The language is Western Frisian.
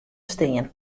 stean